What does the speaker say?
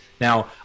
Now